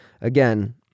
again